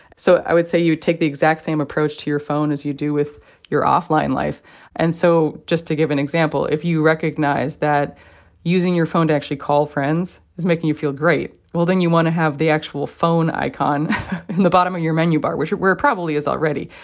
so i would say you take the exact same approach to your phone as you do with your offline life and so just to give an example if you recognize that using your phone to actually call friends is making you feel great, well, then you want to have the actual phone icon in the bottom of your menu bar, where it probably is already.